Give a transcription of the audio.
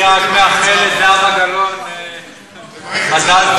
אני רק מאחל לזהבה גלאון מזל טוב, תברך,